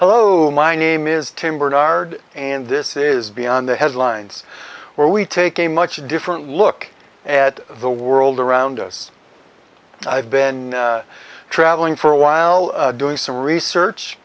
hello my name is tim barnard and this is beyond the headlines where we take a much different look at the world around us i've been traveling for a while doing some research